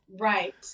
Right